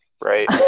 right